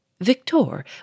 Victor